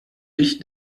dich